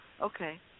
okay